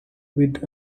with